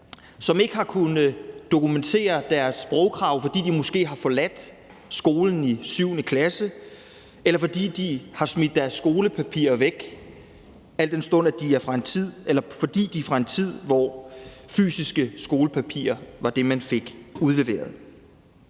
som ikke har kunnet dokumentere, at de opfyldte sprogkravet, fordi de måske har forladt skolen i 7. klasse, eller fordi de har smidt deres skolepapirer væk, fordi de er fra en tid, hvor fysiske skolepapirer var det, man fik udleveret.